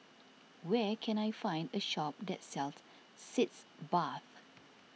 where can I find a shop that sells Sitz Bath